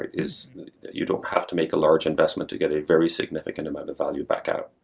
is that you don't have to make a large investment to get a very significant amount of value back out.